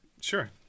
sure